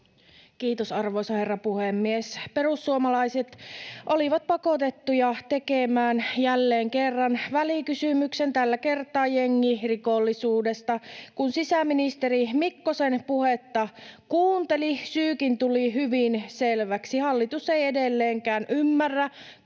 Kiitos, arvoisa herra puhemies! Perussuomalaiset olivat pakotettuja tekemään jälleen kerran välikysymyksen, tällä kertaa jengirikollisuudesta. Kun sisäministeri Mikkosen puhetta kuunteli, syykin tuli hyvin selväksi. Hallitus ei edelleenkään ymmärrä,